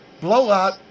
blowout